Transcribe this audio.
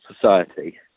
society